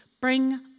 bring